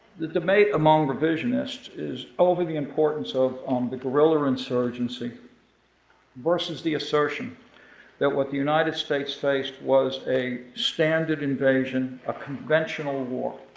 the debate among revisionists is over the importance of um the guerrilla insurgency versus the assertion that what the united states faced was a standard invasion, a conventional war.